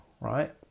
right